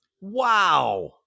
Wow